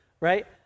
right